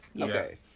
okay